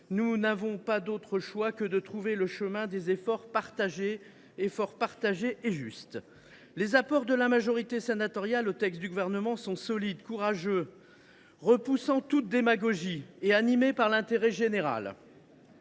nous n’avons d’autre choix que de trouver le chemin des efforts partagés et justes. Les apports de la majorité sénatoriale au texte du Gouvernement sont solides, courageux : repoussant toute démagogie, ils sont animés par le seul intérêt général.